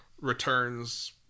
returns